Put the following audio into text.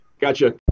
gotcha